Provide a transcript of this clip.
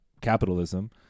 capitalism